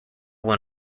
when